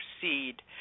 proceed